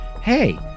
hey